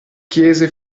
chiese